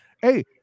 Hey